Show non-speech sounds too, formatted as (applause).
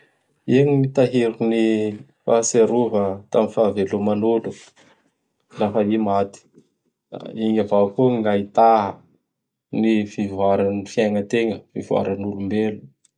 Igny mitahiry ny fahatsiarova (noise) tam fahaveloman'olo (noise) lafa (noise) i maty. (noise) (noise) Igny avao koa (noise) gn ahita (noise) ny fivoaran'ny fiaignategna, fivoaran' olombelo.